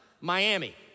Miami